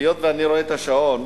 היות שאני רואה את השעון,